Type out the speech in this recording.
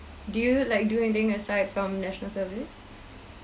do you like doing anything aside from national service